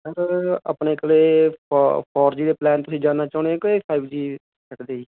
sir ਆਪਣੇ ਕੋਲੇ fo fo four G ਦੇ ਪਲੈਨ ਤੁਸੀਂ ਜਾਣਨਾ ਚਾਉਂਦੇ ਓ ਕਿ ਫਾਈਵ ਜੀ ਦੇ ਜੀ